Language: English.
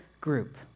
group